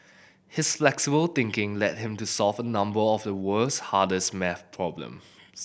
his flexible thinking led him to solve a number of the world's hardest math problems